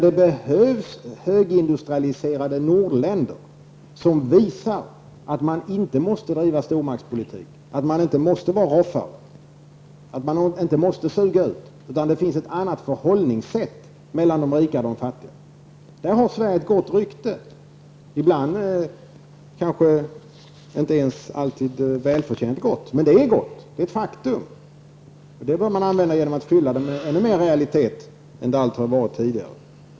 Då behövs det högindustrialiserade nordländer som visar att det inte är nödvändigt att föra stormaktspolitik, att man inte måste roffa åt sig och suga ut andra, utan att det kan finnas ett annat förhållningssätt mellan rika och fattiga. Därvidlag har Sverige ett gott rykte, ibland kanske inte ens välförtjänt. Detta goda rykte bör vi använda genom att fylla det med ännu mer realitet än tidigare.